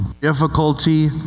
difficulty